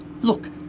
Look